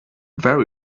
very